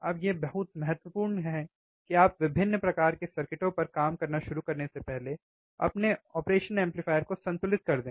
अब यह बहुत महत्वपूर्ण है कि आप विभिन्न प्रकार के सर्किटों पर काम करना शुरू करने से पहले अपने ऑपरेशन एम्पलीफायर को संतुलित कर दें